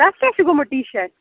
اَتھ کیٛاہ چھُ گوٚمُت ٹی شاٹہِ